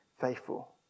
faithful